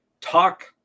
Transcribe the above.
talk